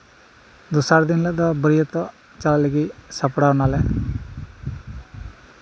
ᱫᱚᱥᱟᱨ ᱫᱤᱱ ᱦᱤᱞᱳᱜ ᱫᱚ ᱵᱟᱹᱨᱭᱟᱹᱛᱚᱜ ᱪᱟᱞᱟᱜ ᱞᱟᱹᱜᱤᱫ ᱥᱟᱯᱲᱟᱣ ᱮᱱᱟᱞᱮ